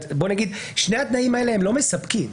נגיד ששני התנאים האלה לא מספקים.